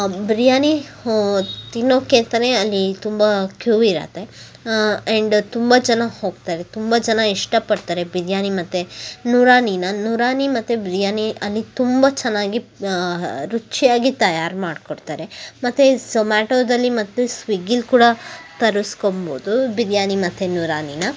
ಬಿರಿಯಾನಿ ಹೋ ತಿನ್ನೋಕ್ಕೆ ಅಂತಲೇ ಅಲ್ಲಿ ತುಂಬ ಕ್ಯೂ ಇರುತ್ತೆ ಆ್ಯಂಡ್ ತುಂಬ ಜನ ಹೋಗ್ತಾರೆ ತುಂಬ ಜನ ಇಷ್ಟಪಡ್ತಾರೆ ಬಿರಿಯಾನಿ ಮತ್ತು ನೂರಾನಿನ ನೂರಾನಿ ಮತ್ತು ಬಿರಿಯಾನಿ ಅಲ್ಲಿ ತುಂಬ ಚೆನ್ನಾಗಿ ರುಚಿಯಾಗಿ ತಯಾರು ಮಾಡಿಕೊಡ್ತಾರೆ ಮತ್ತು ಝೋಮ್ಯಾಟೋದಲ್ಲಿ ಮತ್ತು ಸ್ವಿಗ್ಗಿಲ್ಲಿ ಕೂಡ ತರಿಸ್ಕೊಂಬೋದು ಬಿರಿಯಾನಿ ಮತ್ತು ನೂರಾನಿನ